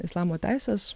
islamo teisės